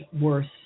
worse